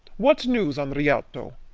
what news on the rialto?